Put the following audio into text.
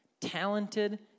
talented